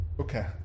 Okay